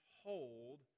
hold